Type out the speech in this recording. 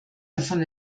davon